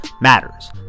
matters